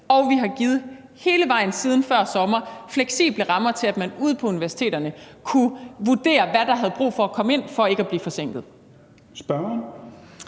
og vi har hele vejen siden før sommer givet fleksible rammer til, at man ude på universiteterne har kunnet vurdere, hvem der har haft brug for at komme ind for ikke at blive forsinket.